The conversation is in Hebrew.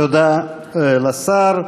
תודה לשר.